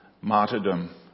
martyrdom